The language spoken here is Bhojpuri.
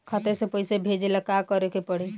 खाता से पैसा भेजे ला का करे के पड़ी?